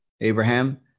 Abraham